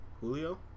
Julio